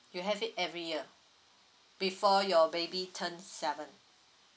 you have it every year before your baby turns seven